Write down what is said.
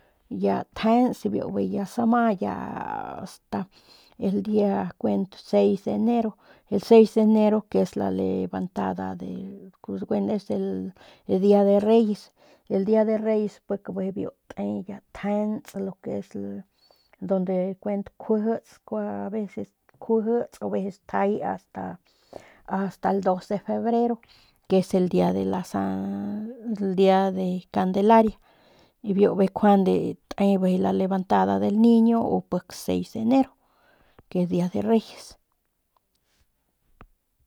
Ya tjents biu ya sama ya astael dia 6 de enero, el 6 de enero que es la levantada bueno pues es el dia de reyes, el dia de reyes bijiy biu te tjents lo que es donde kuent kjuijits skua aveces juijits o aveces tjay asta asta el dos de febrero que es el dia de la san el dia de candelaria y biu bijiy njuande te bijiy la lebantada del niño o pik 6 de enero que dia de reyes.